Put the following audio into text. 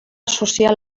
sozial